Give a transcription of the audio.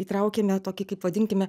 įtraukėme tokį kaip vadinkime